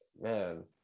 man